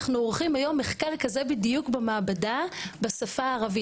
אנחנו עורכים היום מחקר כזה בדיוק במעבדה בשפה הערבית.